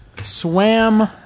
Swam